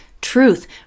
truth